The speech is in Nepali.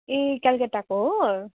ए कलकत्ताको हो